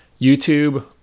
YouTube